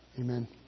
Amen